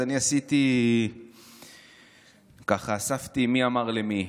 אז אני אספתי "מי אמר למי",